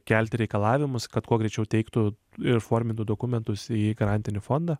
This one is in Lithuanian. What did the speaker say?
kelti reikalavimus kad kuo greičiau teiktų ir formintų dokumentus į garantinį fondą